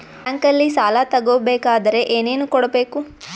ಬ್ಯಾಂಕಲ್ಲಿ ಸಾಲ ತಗೋ ಬೇಕಾದರೆ ಏನೇನು ಕೊಡಬೇಕು?